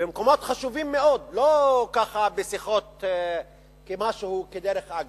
במקומות חשובים מאוד, לא בשיחות כדרך אגב,